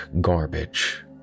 garbage